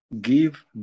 give